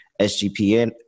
SGPN